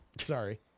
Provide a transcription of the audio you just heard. sorry